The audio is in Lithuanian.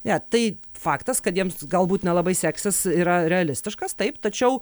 ne tai faktas kad jiems galbūt nelabai seksis yra realistiškas taip tačiau